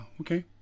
okay